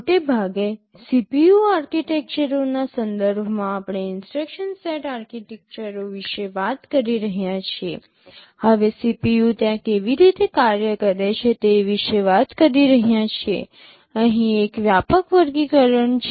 મોટે ભાગે CPU આર્કિટેક્ચરોના સંદર્ભમાં આપણે ઇન્સટ્રક્શન સેટ આર્કિટેક્ચરો વિશે વાત કરી રહ્યા છીએ હવે CPU ત્યાં કેવી રીતે કાર્ય કરે છે તે વિશે વાત કરી રહ્યા છીએ અહીં એક વ્યાપક વર્ગીકરણ છે